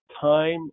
time